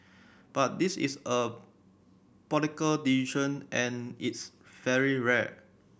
but this is a decision and it's very rare